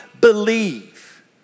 believe